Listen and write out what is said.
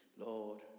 Lord